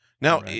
now